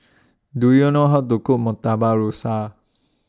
Do YOU know How to Cook Murtabak Rusa